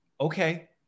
okay